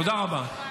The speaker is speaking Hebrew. תודה רבה.